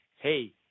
hey